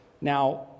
now